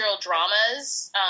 dramas